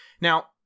Now